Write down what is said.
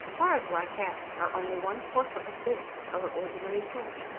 paraguay cats are only one-quarter as big as our ordinary cat,